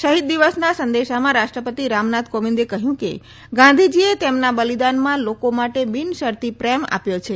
શહીદ દિવસના સંદેશામાં રાષ્ટ્રપતિ રામનાથ કોવિંદે કહયું કે ગાંધીજીએ તેમના બલિદાનમાં લોકો માટે બિન શરતી પ્રેમ આપ્યો છે